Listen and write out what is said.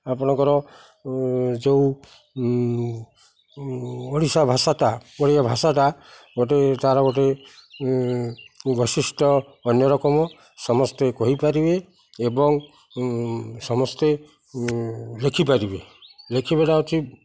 ଆପଣଙ୍କର ଯେଉଁ ଓଡ଼ିଶା ଭାଷାଟା ଓଡ଼ିଆ ଭାଷାଟା ଗୋଟେ ତା'ର ଗୋଟେ ବୈଶିଷ୍ଟ୍ୟ ଅନ୍ୟ ରକମ ସମସ୍ତେ କହିପାରିବେ ଏବଂ ସମସ୍ତେ ଲେଖିପାରିବେ ଲେଖିବେଟା ହେଉଛି